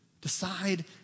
Decide